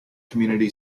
community